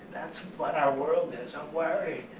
that's what our world is, i'm worried.